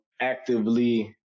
actively